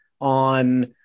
on